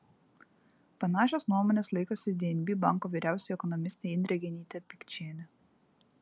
panašios nuomonės laikosi dnb banko vyriausioji ekonomistė indrė genytė pikčienė